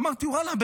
ואמרתי: ואללה,